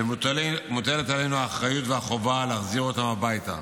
ומוטלת עלינו האחריות והחובה להחזיר אותם הביתה.